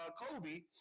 Kobe